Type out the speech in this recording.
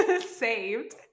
saved